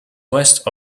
west